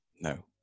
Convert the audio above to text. No